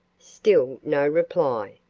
still no reply.